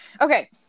okay